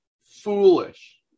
foolish